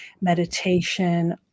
meditation